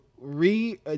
re